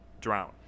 drown